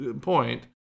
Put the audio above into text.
point